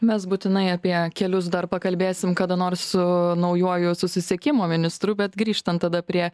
mes būtinai apie kelius dar pakalbėsim kada nors su naujuoju susisiekimo ministru bet grįžtant tada prie